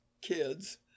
kids